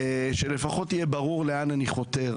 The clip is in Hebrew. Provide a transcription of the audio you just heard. שלפחות יהיה ברור לאן אני חותר.